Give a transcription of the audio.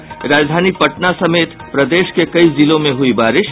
और राजधानी पटना समेत प्रदेश के कई जिलों में हुयी बारिश